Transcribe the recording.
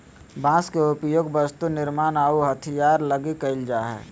बांस के उपयोग वस्तु निर्मान आऊ हथियार लगी कईल जा हइ